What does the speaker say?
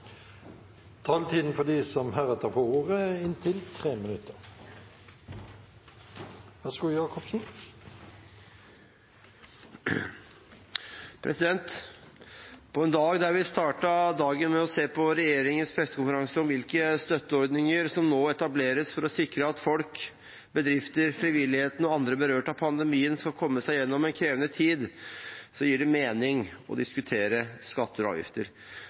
med å se på regjeringens pressekonferanse om hvilke støtteordninger som nå etableres for å sikre at folk, bedrifter, frivilligheten og andre berørte av pandemien skal komme seg gjennom en krevende tid, gir det mening å diskutere skatter og avgifter.